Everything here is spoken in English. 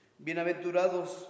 Bienaventurados